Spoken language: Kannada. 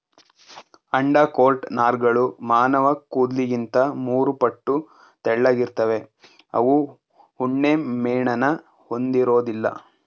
ಅಂಡರ್ಕೋಟ್ ನಾರ್ಗಳು ಮಾನವಕೂದ್ಲಿಗಿಂತ ಮೂರುಪಟ್ಟು ತೆಳ್ಳಗಿರ್ತವೆ ಅವು ಉಣ್ಣೆಮೇಣನ ಹೊಂದಿರೋದಿಲ್ಲ